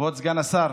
כבוד סגן השר,